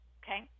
okay